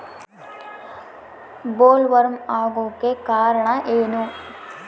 Bollworm ಆಗೋಕೆ ಕಾರಣ ಏನು?